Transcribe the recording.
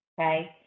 okay